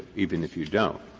even if you don't,